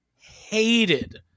hated